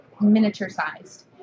miniature-sized